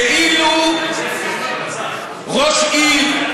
כאילו ראש עיר,